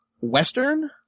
Western